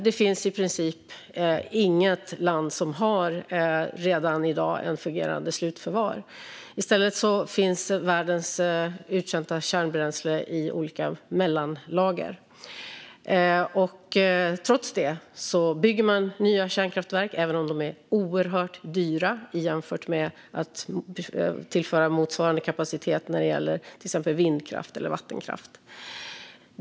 Det finns i princip inget land som redan i dag har ett fungerande slutförvar. I stället finns världens uttjänta kärnbränsle i olika mellanlager. Trots detta bygger man nya kärnkraftverk, även om de är oerhört dyra i jämförelse med att tillföra motsvarande kapacitet från till exempel vind eller vattenkraft.